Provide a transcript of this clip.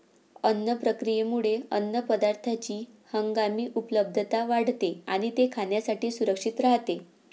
अन्न प्रक्रियेमुळे अन्नपदार्थांची हंगामी उपलब्धता वाढते आणि ते खाण्यासाठी सुरक्षित राहते